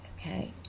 Okay